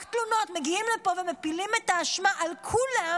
רק תלונות, מגיעים לפה ומפילים את האשמה על כולם